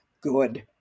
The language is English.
good